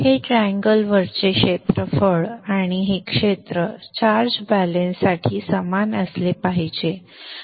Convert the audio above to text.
हे ट्रँगल वरचे क्षेत्रफळ आणि हे क्षेत्र चार्ज बॅलेन्स साठी समान असले पाहिजे आपण लवकरच ते पाहू